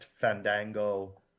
Fandango